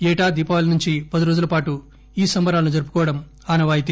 ఏటా దీపావళి నుంచి పది రోజులపాటు ఈ సంబరాలను జరుపుకోవడం ఆనవాయితి